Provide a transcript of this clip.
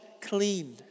clean